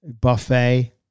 buffet